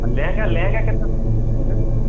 ଆଉ ଲେହେଙ୍ଗା ଲେହେଙ୍ଗା କେତେ ଆସୁଛି ବଜେଟ୍